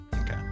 Okay